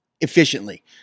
efficiently